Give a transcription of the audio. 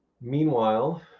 Meanwhile